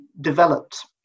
developed